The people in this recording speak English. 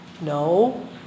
No